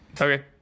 okay